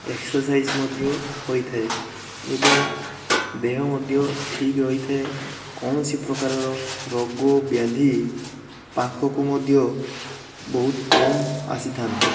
exercise ମଧ୍ୟ ହୋଇଥାଏ ଏବଂ ଦେହ ମଧ୍ୟ ଠିକ୍ ରହିଥାଏ କୌଣସି ପ୍ରକାରର ରୋଗ ବ୍ୟାଧି ପାଖକୁ ମଧ୍ୟ ବହୁତ୍ କମ୍ ଆସିଥାନ୍ତି